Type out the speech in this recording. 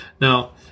Now